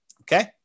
Okay